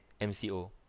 MCO